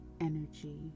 energy